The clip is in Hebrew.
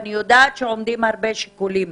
ואני יודעת שעומדים בפניכם הרבה שיקולים